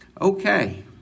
Okay